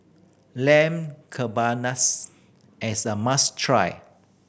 Lamb is a must try